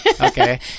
Okay